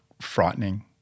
frightening